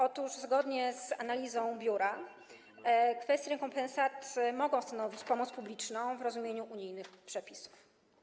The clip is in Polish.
Otóż zgodnie z analizą biura rekompensaty mogą stanowić pomoc publiczną w rozumieniu unijnych przepisów.